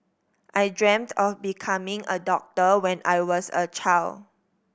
I dreamt of becoming a doctor when I was a child